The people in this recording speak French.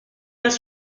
mains